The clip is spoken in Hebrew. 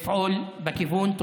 לפעול בכיוון.